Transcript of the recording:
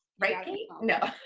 right no